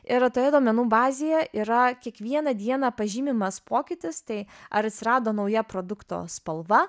ir toje duomenų bazėje yra kiekvieną dieną pažymimas pokytis tai ar atsirado nauja produkto spalva